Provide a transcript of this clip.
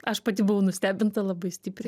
aš pati buvau nustebinta labai stipriai